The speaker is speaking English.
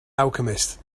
alchemist